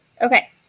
Okay